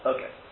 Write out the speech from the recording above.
Okay